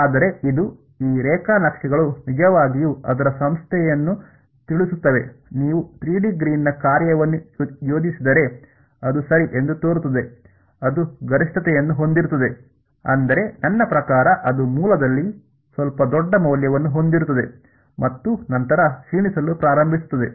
ಆದರೆ ಇದು ಈ ರೇಖಾ ನಕ್ಷೆಗಳು ನಿಜವಾಗಿಯೂ ಅದರ ಸಂಸ್ಥೆಯನ್ನು ತಿಳಿಸುತ್ತವೆ ನೀವು 3 ಡಿ ಗ್ರೀನ್ನ ಕಾರ್ಯವನ್ನು ಯೋಜಿಸಿದರೆ ಅದು ಸರಿ ಎಂದು ತೋರುತ್ತದೆ ಅದು ಗರಿಷ್ಠತೆಯನ್ನು ಹೊಂದಿರುತ್ತದೆ ಅಂದರೆ ನನ್ನ ಪ್ರಕಾರ ಅದು ಮೂಲದಲ್ಲಿ ಸ್ವಲ್ಪ ದೊಡ್ಡ ಮೌಲ್ಯವನ್ನು ಹೊಂದಿರುತ್ತದೆ ಮತ್ತು ನಂತರ ಕ್ಷೀಣಿಸಲು ಪ್ರಾರಂಭಿಸುತ್ತದೆ